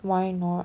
why not